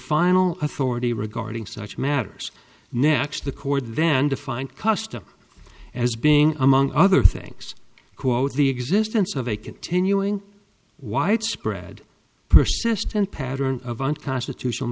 final authority regarding such matters next the cord then defined custom as being among other things quote the existence of a continuing widespread persistent pattern of unconstitutional